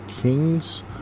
King's